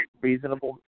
reasonable